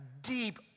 deep